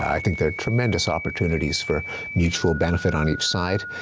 i think there're tremendous opportunities for mutual benefit on each side,